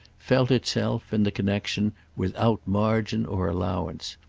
felt itself, in the connexion, without margin or allowance.